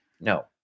no